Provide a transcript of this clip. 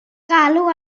galw